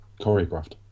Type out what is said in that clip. choreographed